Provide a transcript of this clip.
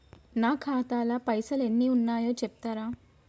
నా ఖాతా లా పైసల్ ఎన్ని ఉన్నాయో చెప్తరా?